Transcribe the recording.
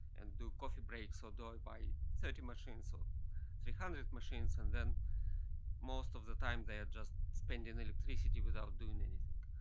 and do coffee breaks, or do i buy thirty machines or three hundred machines, and then most of the time, they are just spending electricity without doing anything?